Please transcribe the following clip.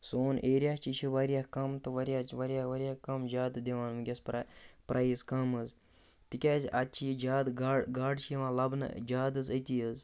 سون ایریا چھِ یہِ چھِ واریاہ کَم تہٕ واریاہ واریاہ واریاہ کَم زیادٕ دِوان وٕنۍکٮ۪س پرٛ پرٛایز کَم حظ تِکیٛازِ اَتہِ چھِ یہِ زیادٕ گاڈٕ گاڈٕ چھِ یِوان لَبنہٕ زیادٕ حظ أتی حظ